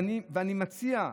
אני מציע,